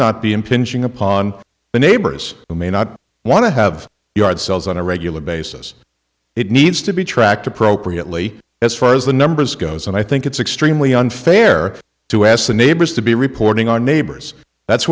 not be impinging upon the neighbors who may not want to have yard sales on a regular basis it needs to be tracked appropriately as far as the numbers goes and i think it's extremely unfair to ask the neighbors to be reporting on neighbors that's